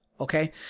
Okay